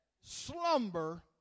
slumber